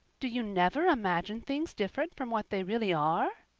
do you never imagine things different from what they really are?